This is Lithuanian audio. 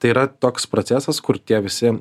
tai yra toks procesas kur tie visi